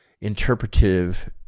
interpretive